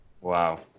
Wow